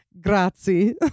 grazie